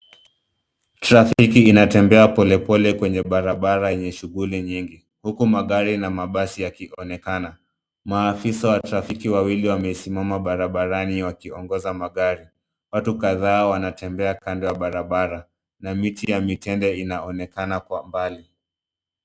Trafiki inatembea polepole kwenye barabara yenye shughuli nyingi, huku magari na mabasi yakionekana. Maafisa wa trafiki wawili wamesimama barabarani wakiongoza magari. Watu kadhaa wanatembea kando ya barabara na miti ya mitende inaonekana kwa mbali.